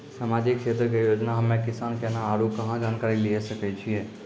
समाजिक क्षेत्र के योजना हम्मे किसान केना आरू कहाँ जानकारी लिये सकय छियै?